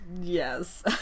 Yes